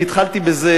אני התחלתי בזה,